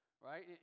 right